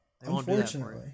unfortunately